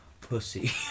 Pussy